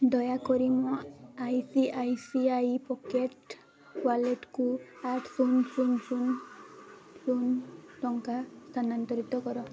ଦୟାକରି ମୋ I C I C I pocket ୱାଲେଟ୍କୁ ଆଠ ଶୂନ ଶୂନ ଶୂନ ଶୂନ ଟଙ୍କା ସ୍ଥାନାନ୍ତରିତ କର